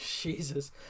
Jesus